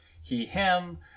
he/him